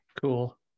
cool